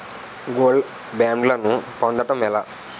Gold బ్యాండ్లను పొందటం ఎలా?